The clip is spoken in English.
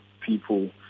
people